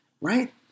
right